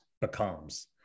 becomes